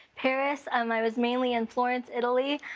paris. um i was mainly in florence, italy,